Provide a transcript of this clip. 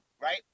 right